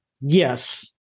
Yes